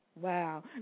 Wow